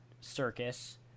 circus